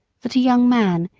that a young man,